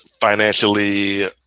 financially